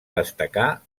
destacar